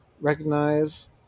recognize